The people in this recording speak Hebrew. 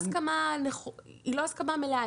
הסכמה מלאה.